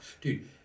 dude